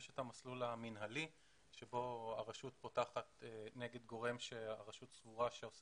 יש את המסלול המינהלי שבו הרשות פותחת נגד גורם שהרשות סבורה שעושה